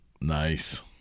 Nice